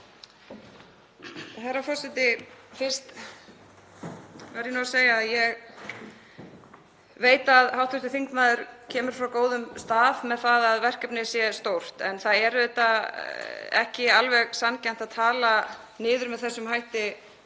Herra forseti. Fyrst verð ég nú að segja að ég veit að hv. þingmaður kemur frá góðum stað með það að verkefnið sé stórt en það er auðvitað ekki alveg sanngjarnt að tala niður með þessum hætti